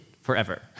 forever